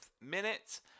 minute